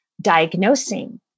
diagnosing